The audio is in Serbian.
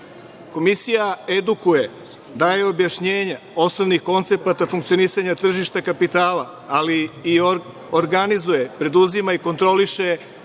Komisija redukuje, daje objašnjenja osnovnih koncepata funkcionisanja tržišta kapitala, ali i organizuje, preduzima i kontroliše